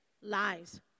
lies